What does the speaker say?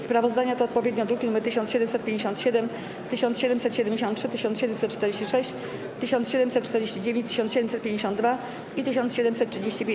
Sprawozdania to odpowiednio druki nr 1757, 1773, 1746, 1749, 1752 i 1735.